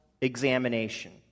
examination